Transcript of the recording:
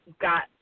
got